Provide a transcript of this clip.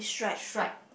stripe